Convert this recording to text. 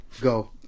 Go